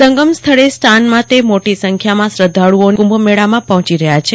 સંગમ સ્થળે સ્નાન માટે મોટી સંખ્યામાં શ્રદ્ધાળુઓની કુંભમેળામાં પર્હોચી રહ્યા છે